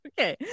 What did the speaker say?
Okay